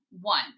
one